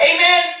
Amen